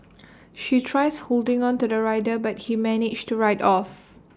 she tries holding on to the rider but he managed to ride off